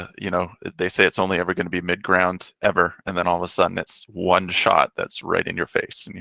you know, they say it's only ever gonna be mid ground ever. and then all of a sudden it's one shot that's right in your face, and